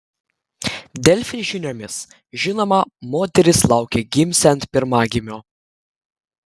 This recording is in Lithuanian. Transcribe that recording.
delfi žiniomis žinoma moteris laukia gimsiant pirmagimio